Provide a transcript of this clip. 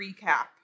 recap